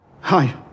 Hi